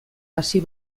hasi